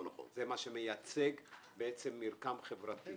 זה מה שבעצם מייצג מרקם חברתי.